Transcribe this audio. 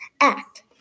act